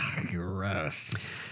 gross